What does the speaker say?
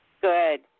good